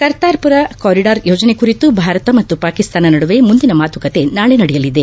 Kartarpur corridor ಯೋಜನೆ ಕುರಿತು ಭಾರತ ಮತ್ತು ಪಾಕಿಸ್ತಾನ ನಡುವೆ ಮುಂದಿನ ಮಾತುಕತೆ ನಾಳೆ ನಡೆಯಲಿದೆ